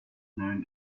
known